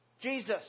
Jesus